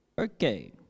Okay